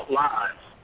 lives